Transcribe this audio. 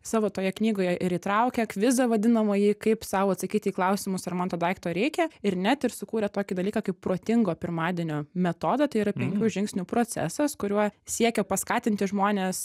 savo toje knygoje ir įtraukia kvizą vadinamąjį kaip sau atsakyt į klausimus ar man to daikto reikia ir net ir sukūrė tokį dalyką kaip protingo pirmadienio metodą tai yra penkių žingsnių procesas kuriuo siekė paskatinti žmones